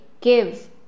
give